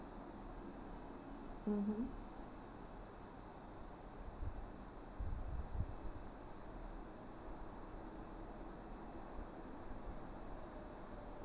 mmhmm